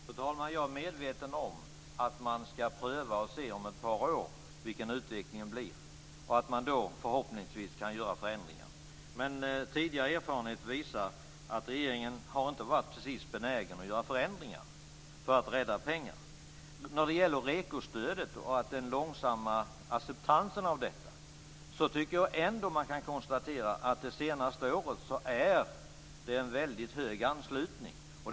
Fru talman! Jag är medveten om att man ska pröva och se om ett par år vilken utvecklingen blir och då förhoppningsvis kan göra förändringar. Men tidigare erfarenhet visar att regeringen inte har varit benägen att göra förändringar för att rädda pengar. När det gäller REKO-stödet och den långsamma acceptansen av detta, kan man ändå konstatera att det varit en väldigt hög anslutning det senaste året.